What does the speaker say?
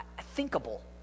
thinkable